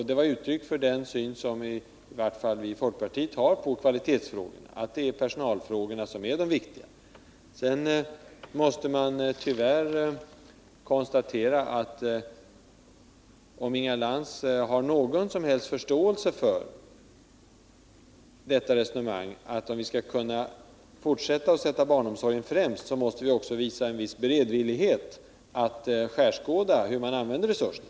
Det var ett uttryck för den syn som i varje fall vi i folkpartiet har på kvalitetsfrågorna, dvs. att det är personalfrågorna, som är viktigast i sammanhanget. Så till resonemanget att om vi skall kunna fortsätta att sätta barnomsorgen främst, måste vi också visa en viss beredvillighet att skärskåda hur kommunerna använder resurserna.